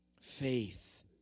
Faith